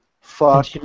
Fuck